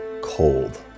cold